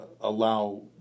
allow